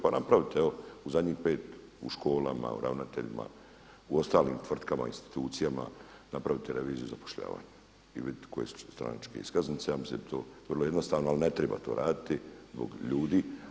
Pa napravite evo u zadnjih pet u školama o ravnateljima, u ostalim tvrtkama, institucijama napravite reviziju zapošljavanja i vidite koje su stranačke iskaznice, ja mislim da je to vrlo jednostavno, ali ne treba to raditi zbog ljudi.